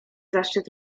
zaszczyt